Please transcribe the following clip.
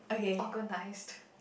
organised